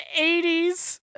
80s